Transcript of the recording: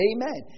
Amen